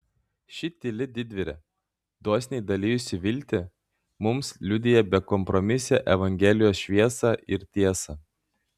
ši tyli didvyrė dosniai dalijusi viltį mums liudija bekompromisę evangelijos šviesą ir tiesą